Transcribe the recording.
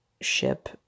ship